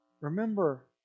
Remember